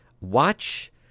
watch